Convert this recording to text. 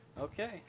Okay